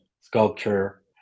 sculpture